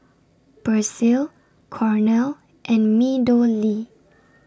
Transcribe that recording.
Persil Cornell and Meadowlea